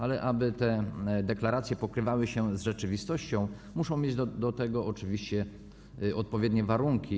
Ale aby te deklaracje pokrywały się z rzeczywistością, muszą być do tego oczywiście odpowiednie warunki.